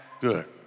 good